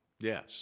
Yes